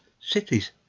cities